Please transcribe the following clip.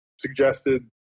suggested